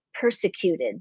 persecuted